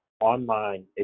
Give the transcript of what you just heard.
online